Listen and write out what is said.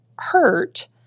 hurt